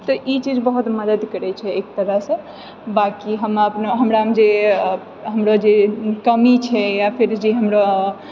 तऽ ई चीज बहुत मदद करए छै एक तरहसँ बाँकि हम अपनो हमरामे जे हमरा जे कमी छै या फिर जे हमरा